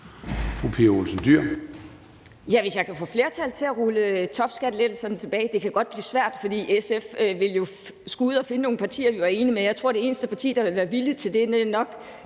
hvis jeg kan få et flertal for at rulle topskattelettelserne tilbage. Men det kan godt blive svært. For SF vil jo skulle ud at finde nogle partier, vi er enige med, og jeg tror nok, at det eneste parti, der vil være villige til at ændre